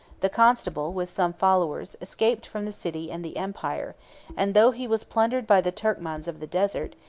the constable, with some followers, escaped from the city and the empire and though he was plundered by the turkmans of the desert,